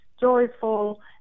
joyful